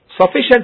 sufficient